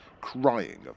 crying